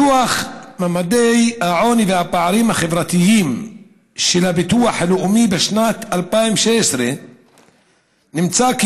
בדוח ממדי העוני והפערים החברתיים של הביטוח הלאומי משנת 2016 נמצא כי